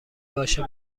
باشه